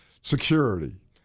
security